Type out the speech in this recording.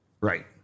Right